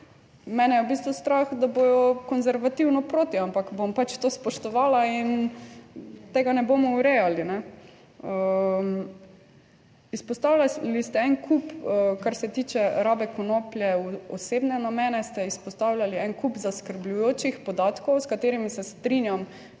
Mene je v bistvu strah, da bodo konservativno proti, ampak bom pač to spoštovala in tega ne bomo urejali. Izpostavljali ste en kup, kar se tiče rabe konoplje v osebne namene, ste izpostavljali en kup zaskrbljujočih podatkov, s katerimi se strinjam,